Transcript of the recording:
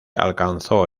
alcanzó